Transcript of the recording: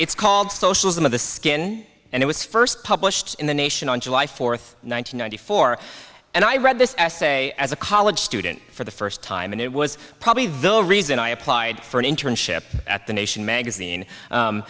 it's called socialism of the skin and it was first published in the nation on july fourth one thousand nine hundred four and i read this essay as a college student for the first time and it was probably the reason i applied for an internship at the nation magazine